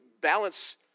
balance